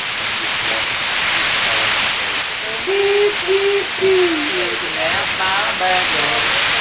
and just watch this following sea doo doo doo looking out ah back door